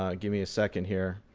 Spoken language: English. um give me a second here.